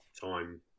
time